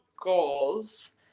goals